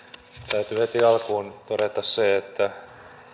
täytyy heti alkuun todeta se että